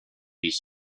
his